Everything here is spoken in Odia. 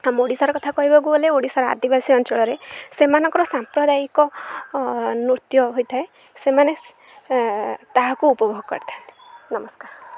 ଆମ ଓଡ଼ିଶାର କଥା କହିବାକୁ ଗଲେ ଓଡ଼ିଶାର ଆଦିବାସୀ ଅଞ୍ଚଳରେ ସେମାନଙ୍କର ସାମ୍ପ୍ରଦାୟିକ ନୃତ୍ୟ ହୋଇଥାଏ ସେମାନେ ତାହାକୁ ଉପଭୋଗ କରିଥାନ୍ତି ନମସ୍କାର